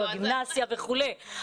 בגימנסיה בירושלים וכולי.